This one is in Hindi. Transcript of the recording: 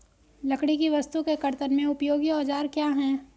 लकड़ी की वस्तु के कर्तन में उपयोगी औजार क्या हैं?